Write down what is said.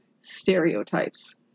stereotypes